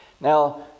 Now